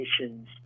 Nations